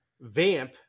Vamp